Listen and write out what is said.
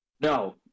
No